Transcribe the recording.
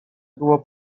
było